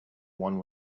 one